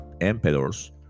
emperors